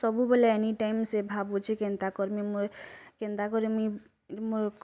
ସବୁବେଲେ ଏନିଟାଇମ୍ ସେ ଭାବୁଛେ କେନ୍ତା କର୍ମି ମୁଇଁ କେନ୍ତା କଲେ ମୁଇଁ ମୋର୍